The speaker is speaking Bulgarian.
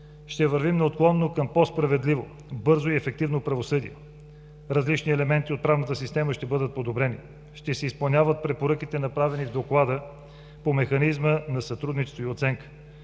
Ще вървим неотклонно към по-справедливо бързо и ефективно правосъдие. Различни елементи от правната система ще бъдат подобрени. Ще се изпълняват препоръките, направени в Доклада по механизма на сътрудничество и оценка.